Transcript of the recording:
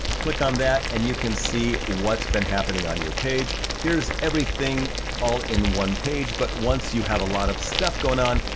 click on that and you can see what's been happening on your page. here's everything all in one page. but once you have a lot of stuff going on,